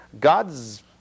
God's